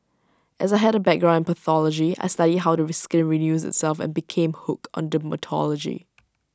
as I had A background pathology I studied how the re skin renews itself and became hooked on dermatology